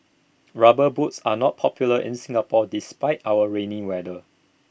rubber boots are not popular in Singapore despite our rainy weather